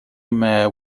mare